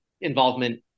involvement